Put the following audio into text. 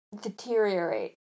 deteriorate